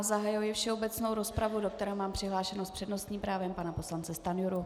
Zahajuji všeobecnou rozpravu, do které mám přihlášeného s přednostním právem pana poslance Stanjuru.